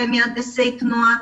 במהנדסי תנועה,